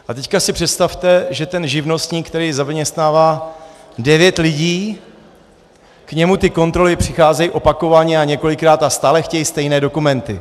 A teď si představte, že ten živnostník, který zaměstnává devět lidí, k němu ty kontroly přicházejí opakovaně a několikrát a stále chtějí stejné dokumenty.